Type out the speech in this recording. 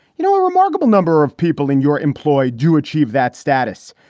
you know, a remarkable number of people in your employ do achieve that status.